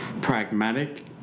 pragmatic